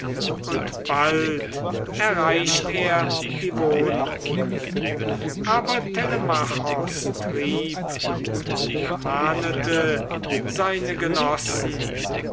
und bald erreicht er die wohnung aber telemachos trieb und ermahnete seine genossen